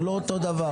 זה לא אותו דבר.